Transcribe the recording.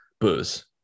booze